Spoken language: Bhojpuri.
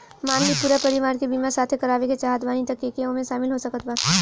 मान ली पूरा परिवार के बीमाँ साथे करवाए के चाहत बानी त के के ओमे शामिल हो सकत बा?